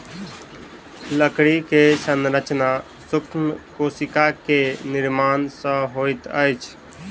लकड़ी के संरचना सूक्ष्म कोशिका के निर्माण सॅ होइत अछि